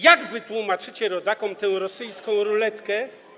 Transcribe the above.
Jak wytłumaczycie rodakom tę rosyjską ruletkę.